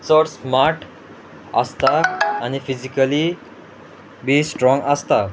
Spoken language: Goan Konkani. चड स्मार्ट आसता आनी फिजिकली बी स्ट्रोंग आसता